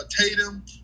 Tatum